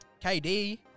KD